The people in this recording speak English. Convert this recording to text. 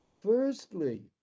firstly